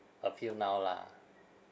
appeal now lah